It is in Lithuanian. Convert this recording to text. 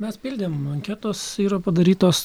mes pildėm anketos yra padarytos